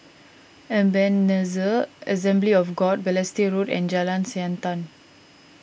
Ebenezer Assembly of God Balestier Road and Jalan Siantan